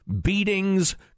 beatings